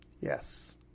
Yes